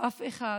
אף אחד